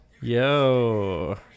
Yo